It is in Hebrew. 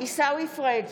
עיסאווי פריג'